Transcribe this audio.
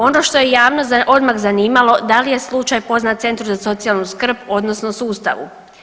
Ono što je javnost odmah zanimalo da li je slučaj poznat Centru za socijalnu skrb, odnosno sustavu?